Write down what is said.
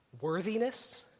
Worthiness